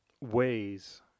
ways